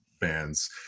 bands